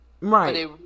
Right